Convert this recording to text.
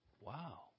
wow